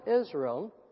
Israel